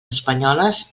espanyoles